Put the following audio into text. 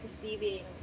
perceiving